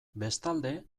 bestalde